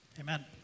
Amen